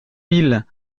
mille